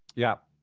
yeah.